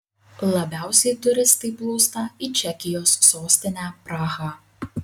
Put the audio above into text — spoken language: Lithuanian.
labiausiai turistai plūsta į čekijos sostinę prahą